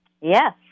Yes